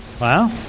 Wow